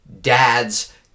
dads